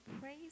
praise